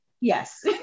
Yes